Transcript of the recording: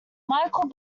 michael